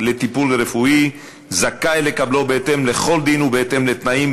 לטיפול רפואי זכאי לקבלו בהתאם לכל דין ובהתאם לתנאים